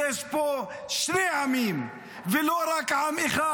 יש פה שני עמים ולא רק עם אחד,